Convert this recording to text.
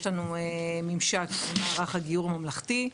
יש לנו ממשק עם מערך הגיור הממלכתי,